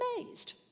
Amazed